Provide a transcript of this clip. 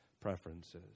preferences